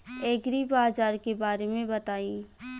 एग्रीबाजार के बारे में बताई?